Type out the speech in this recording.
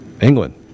England